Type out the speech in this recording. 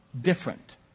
different